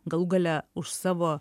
galų gale už savo